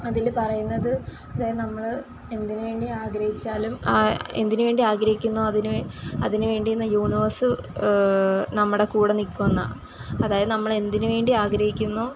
അതില് പറയുന്നത് ദേ നമ്മള് എന്തിന് വേണ്ടി ആഗ്രഹിച്ചാലും ആ എന്തിന് വേണ്ടി ആഗ്രഹിക്കുന്നോ അതിന് അതിന് വേണ്ടി യൂനിവേസ് നമ്മുടെ കൂടെ നിൽക്കുമെന്നാണ് അതായത് നമ്മൾ എന്തിന് വേണ്ടി ആഗ്രഹിക്കുന്നോ